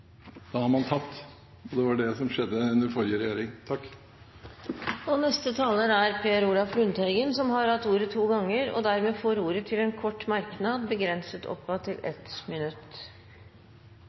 Da har man tapt, og det var det som skjedde under forrige regjering. Per Olaf Lundteigen har hatt ordet to ganger tidligere og får ordet til en kort merknad, begrenset til